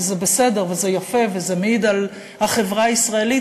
וזה בסדר וזה יפה וזה מעיד על החברה הישראלית,